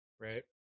right